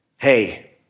Hey